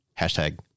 hashtag